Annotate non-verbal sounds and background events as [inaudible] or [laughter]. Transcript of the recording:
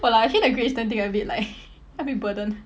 !walao! actually the great eastern thing a bit like [laughs] a bit burden